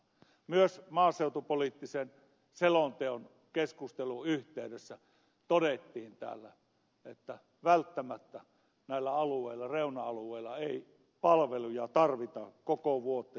myös maaseutupoliittisen selonteon keskustelun yhteydessä todettiin täällä että välttämättä näillä reuna alueilla ei palveluja tarvita koko vuotta ja niin edelleen